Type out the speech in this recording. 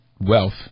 wealth